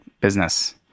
business